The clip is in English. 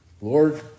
Lord